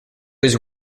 his